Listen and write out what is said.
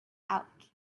out